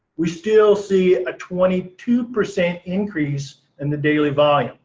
we still see a twenty two percent increase in the daily volume.